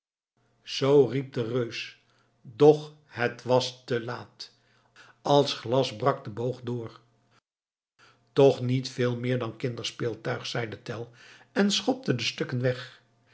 zoo riep de reus doch het was te laat als glas brak de boog door toch niet veel meer dan kinderspeeltuig zeide tell en schopte de stukken weg